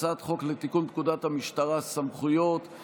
הצעת חוק לתיקון פקודת המשטרה (סמכויות),